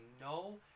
no